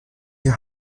your